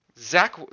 Zach